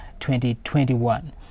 2021